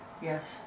yes